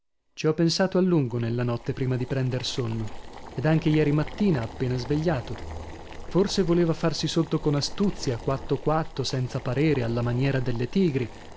ci ho pensato a lungo nella notte prima di prender sonno ed anche ieri mattina appena svegliato forse voleva farsi sotto con astuzia quatto quatto senza parere alla maniera delle tigri